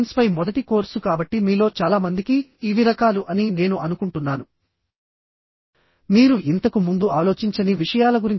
chain bolting లో అయితే net area ని కనుక్కోవడము చాలా సులువు